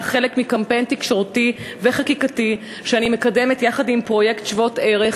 חלק מקמפיין תקשורתי וחקיקתי שאני מקדמת יחד עם פרויקט "שוות ערך",